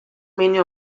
many